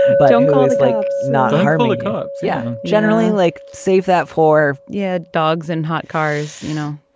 but on guns like not harvell the cops. yeah. generally like save that for yeah. dogs and hot cars, you know.